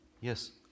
Yes